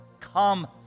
Come